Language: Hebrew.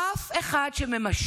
אף אחד שממשמע